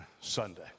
Sunday